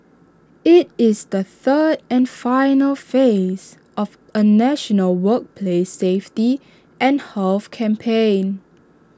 IT is the third and final phase of A national workplace safety and health campaign